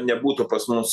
nebūtų pas mus